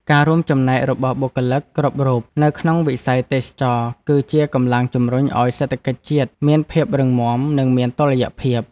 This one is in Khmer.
ការរួមចំណែករបស់បុគ្គលិកគ្រប់រូបនៅក្នុងវិស័យទេសចរណ៍ គឺជាកម្លាំងជំរុញឱ្យសេដ្ឋកិច្ចជាតិមានភាពរឹងមាំនិងមានតុល្យភាព។